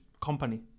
company